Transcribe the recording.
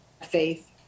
faith